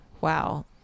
Wow